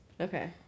Okay